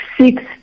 six